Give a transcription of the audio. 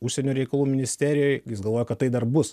užsienio reikalų ministerijoj jis galvoja kad tai dar bus